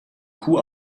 kuh